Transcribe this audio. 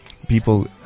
People